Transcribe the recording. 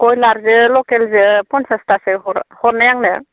बयलारजों लकेलजों फनचासथासो हर हरनाय आंनो